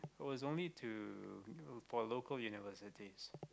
it was only to for local university